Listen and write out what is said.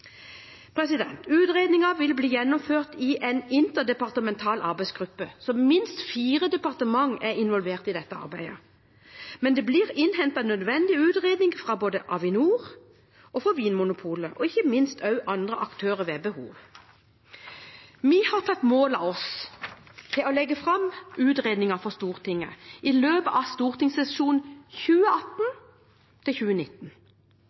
vil bli gjennomført i en interdepartemental arbeidsgruppe, og minst fire departementer er involvert i dette arbeidet. Det blir innhentet nødvendige utredninger fra både Avinor og Vinmonopolet og ikke minst fra andre aktører ved behov. Vi har tatt mål av oss til å legge fram utredningen for Stortinget i løpet av stortingssesjonen